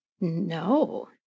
No